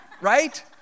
right